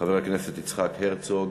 חבר הכנסת יצחק הרצוג.